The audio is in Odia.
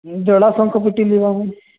ଯୋଡ଼ା ଶଙ୍ଖ ପିଟିଲି ବା ମୁଁ